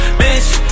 bitch